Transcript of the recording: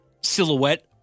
silhouette